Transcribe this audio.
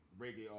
reggae